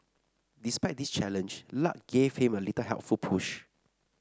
despite this challenge luck gave him a little helpful push